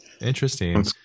Interesting